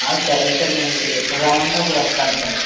ఆ సరే సార్ మీరు ఎప్పుడు రమ్మంటే అప్పుడు వస్తాను సార్